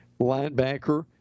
linebacker